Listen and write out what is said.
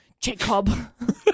Jacob